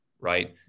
Right